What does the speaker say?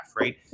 Right